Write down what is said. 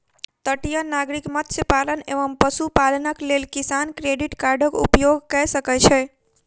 तटीय नागरिक मत्स्य पालन एवं पशुपालनक लेल किसान क्रेडिट कार्डक उपयोग कय सकै छै